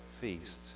feast